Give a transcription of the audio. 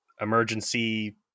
emergency